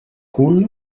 cul